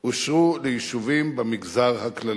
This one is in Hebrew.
אושרו ליישובים במגזר הכללי.